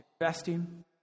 Investing